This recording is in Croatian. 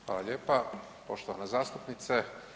Hvala lijepa poštovana zastupnice.